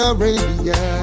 Arabia